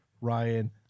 Ryan